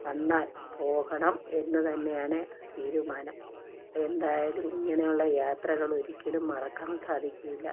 വന്നാൽ പോകണം എന്ന് തന്നെയാണ് തീരുമാനം എന്തായാലും ഇങ്ങനെയുള്ള യാത്രകൾ ഒരിക്കലും മറക്കാൻ സാധിക്കില്ല